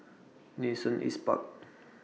Nee Soon East Park